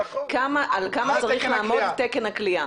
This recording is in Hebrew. על כמה צריך לעמוד תקן הכליאה?